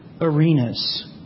arenas